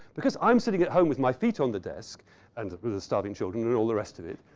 because i'm sitting at home with my feet on the desk and with the starving children and all the rest of it,